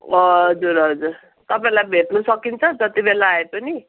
हजुर हजुर तपाईँलाई भेट्नु सकिन्छ जति बेला आए पनि